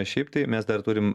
šiaip tai mes dar turim